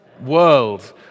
world